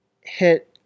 hit